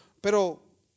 pero